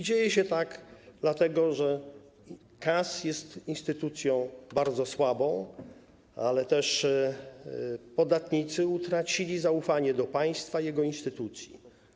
Dzieje się tak, dlatego że KAS jest instytucją bardzo słabą, ale też podatnicy utracili zaufanie do państwa i jego instytucji.